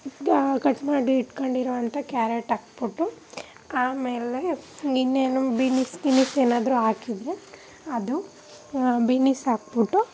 ಉದ್ದ ಕಟ್ ಮಾಡಿಟ್ಕೊಂಡಿರೊ ಅಂಥ ಕ್ಯಾರೆಟ್ ಹಾಕ್ಬಿಟ್ಟು ಆಮೇಲೆ ಇನ್ನೇನು ಬಿನಿಸ್ ಗಿನಿಸ್ ಏನಾದರೂ ಹಾಕಿದ್ರೆ ಅದು ಬಿನಿಸ್ ಹಾಕ್ಬಿಟ್ಟು